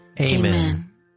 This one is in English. Amen